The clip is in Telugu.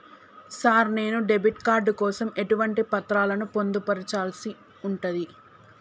సార్ నేను డెబిట్ కార్డు కోసం ఎటువంటి పత్రాలను పొందుపర్చాల్సి ఉంటది?